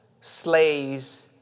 slaves